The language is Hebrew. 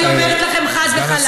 אני אומרת לכם חד וחלק,